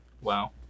Wow